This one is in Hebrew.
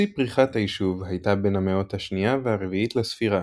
שיא פריחת היישוב הייתה בין המאות ה-2 וה-4 לספירה,